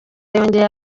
yongeyeho